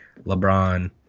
LeBron